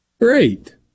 Great